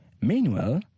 Meanwhile